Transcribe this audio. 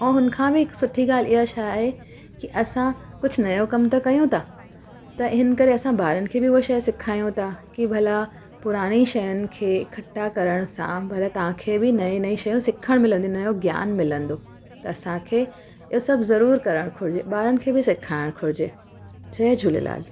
ऐं हुनखां बि हिकु सुठी ॻाल्हि छा आहे की असां कुछ नयों कमु त कयूं था त हिन करे असां ॿारनि खे बि उहो शइ सिखायूं था की भला पुराणी शयुनि खे इक्टठा करण सां भले तहांखे बि नई नई शयूं सिखण मिलंदी नयों ज्ञान मिलंदो त असांखे इहे सभु ज़रूर करण घुरिजे ॿारनि खे बि सिखाइणु घुरिजे जय झूलेलाल